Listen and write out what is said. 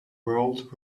world